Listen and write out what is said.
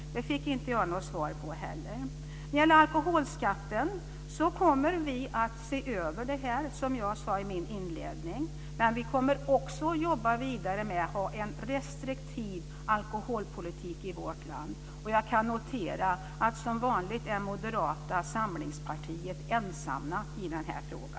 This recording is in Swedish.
I alkoholskattefrågan kommer vi, som jag inledningsvis sade, att göra en översyn. Vi kommer också att jobba vidare med en restriktiv alkoholpolitik i vårt land. Jag noterar att ni i Moderata samlingspartiet som vanligt står ensamma i denna fråga.